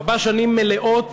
ארבע שנים מלאות